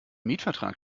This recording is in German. mietvertrag